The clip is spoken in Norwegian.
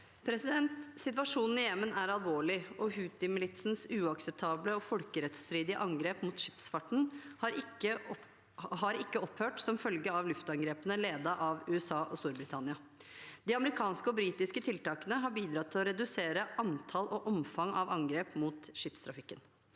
Situasjonen i Je- men er alvorlig, og houthi-militsens uakseptable og folkerettsstridige angrep mot skipsfarten har ikke opphørt som følge av luftangrepene ledet av USA og Storbritannia. De amerikanske og britiske tiltakene har bidratt til å redusere antall og omfang av angrep mot skipstrafikken.